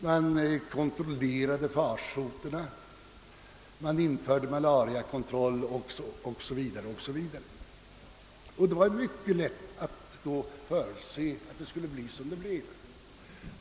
Man kunde kontrollera farsoterna, man införde malariakontroll o. s. v. Det var som sagt lätt att förutse att det skulle bli som det blev.